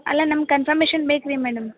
ಅಲ್ಲ ನಮ್ಮ ಕನ್ಫಮೇಷನ್ ಬೇಕು ರೀ ಮೇಡಮ್